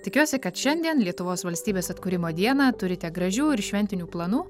tikiuosi kad šiandien lietuvos valstybės atkūrimo dieną turite gražių ir šventinių planų